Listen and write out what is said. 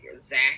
zach